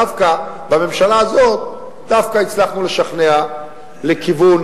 דווקא בממשלה הזאת הצלחנו לשכנע לכיוון